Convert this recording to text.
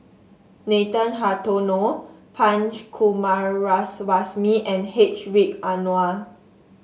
Nathan Hartono Punch Coomaraswamy and Hedwig Anuar